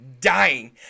dying